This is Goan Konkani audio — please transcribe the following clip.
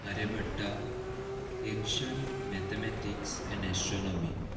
Aryabhatta ancient mathematics and astronomy